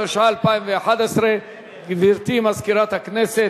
התשע"א 2011. גברתי מזכירת הכנסת,